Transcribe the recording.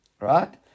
Right